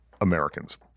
Americans